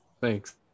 Thanks